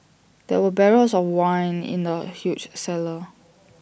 there were barrels of wine in the huge cellar